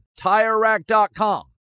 TireRack.com